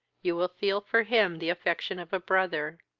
you will feel for him the affection of a brother.